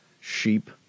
sheep